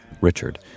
Richard